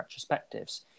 retrospectives